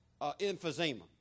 emphysema